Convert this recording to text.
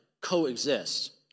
coexist